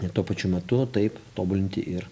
ir tuo pačiu metu taip tobulinti ir